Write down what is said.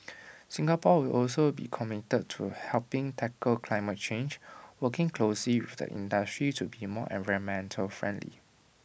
Singapore will also be committed to helping tackle climate change working closely with the industry to be more environmental friendly